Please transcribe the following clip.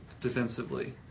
defensively